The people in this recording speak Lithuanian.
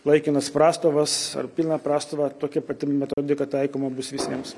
laikinas prastovas ar pilną prastovą ir tokia pati metodika taikoma bus visiems